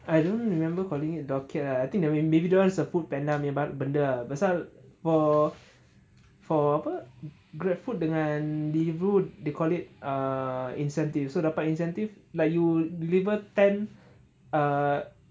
I don't remember calling it docket uh I think the maybe dia orang it's a foodpanda punya ba~ benda ah pasal for apa grabfood dengan deliveroo they call it ah incentive so dapat incentive like you deliver ten ah